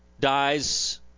dies